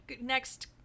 next